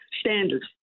standards